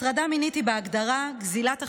הטרדה מינית היא בהגדרה גזלת חירותה,